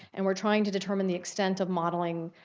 and we're trying to determine the extent of modeling.